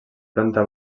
planta